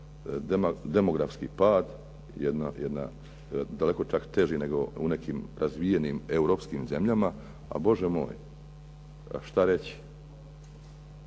demografski pad, daleko čak teži nego u nekim razvijenim europskim zemljama. A Bože moj, a šta reći?